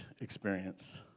experience